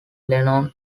lennon